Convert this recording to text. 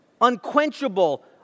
unquenchable